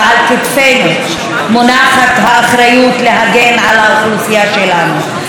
ועל כתפינו מונחת האחריות להגן על האוכלוסייה שלנו,